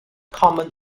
common